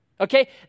Okay